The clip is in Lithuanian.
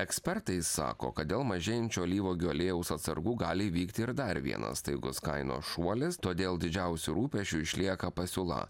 ekspertai sako kad dėl mažėjančio alyvuogių aliejaus atsargų gali įvykti ir dar vienas staigus kainos šuolis todėl didžiausiu rūpesčiu išlieka pasiūla